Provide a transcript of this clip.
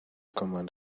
command